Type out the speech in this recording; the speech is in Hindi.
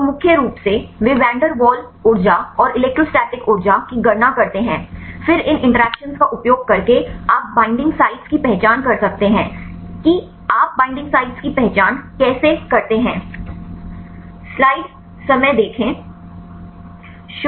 तो मुख्य रूप से वे वैन डेर वाल्स ऊर्जा और इलेक्ट्रोस्टैटिक ऊर्जा की गणना करते हैं फिर इन इंटरैक्शन का उपयोग करके आप बईंडिंग साइटों की पहचान कर सकते हैं कि आप बईंडिंग साइटों की पहचान कैसे करते हैं